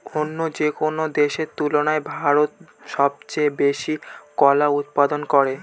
অন্য যেকোনো দেশের তুলনায় ভারত সবচেয়ে বেশি কলা উৎপাদন করে